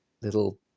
little